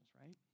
right